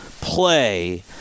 play